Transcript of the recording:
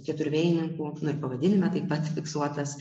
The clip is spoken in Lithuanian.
keturvėjininkų nu ir pavadinime taip pat fiksuotas